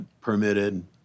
permitted